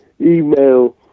email